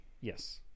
Yes